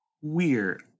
weird